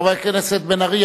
חבר הכנסת בן-ארי,